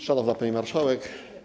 Szanowna Pani Marszałek!